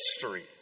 history